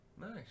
Nice